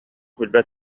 билбэт